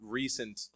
recent